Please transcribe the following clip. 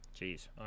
Jeez